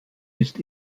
ist